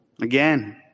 Again